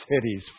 cities